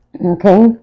Okay